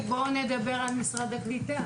אז בואו נדבר על משרד הקליטה.